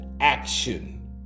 action